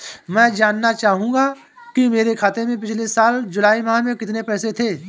मैं जानना चाहूंगा कि मेरे खाते में पिछले साल जुलाई माह में कितने पैसे थे?